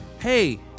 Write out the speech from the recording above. Hey